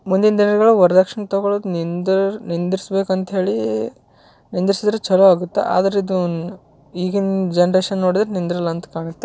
ಮುಂದಿನ ದಿನಗಳು ವರದಕ್ಷ್ಣೆ ತೊಗೊಳ್ಳೋದು ನಿಂತ್ರ್ ನಿಲ್ಲಿಸ್ರ್ ಬೇಕಂತ ಹೇಳಿ ನಿಲ್ಲಿಸಿದ್ರೆ ಚೊಲೋ ಆಗುತ್ತೆ ಆದರೆ ಇದು ಈಗಿನ ಜನ್ರೇಶನ್ ನೋಡಿದರೆ ನಿಂದ್ರಿಲ್ಲಂತ ಕಾಣುತ್ತೆ